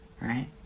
right